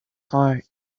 heart